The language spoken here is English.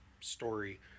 story